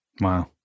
Wow